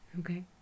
okay